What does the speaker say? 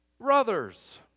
Brothers